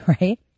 right